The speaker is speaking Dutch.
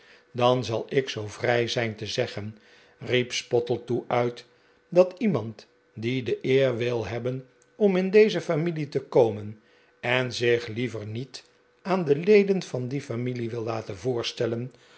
dan zal ik zoo vrij zijn te zeggen riep spottletoe uit dat iemand die de eer wil hebben om in deze familie te komen en zich liever niet aan de leden van die familie wil laten voorstellen